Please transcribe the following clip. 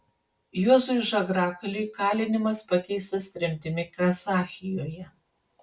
juozui žagrakaliui kalinimas pakeistas tremtimi kazachijoje